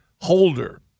Holder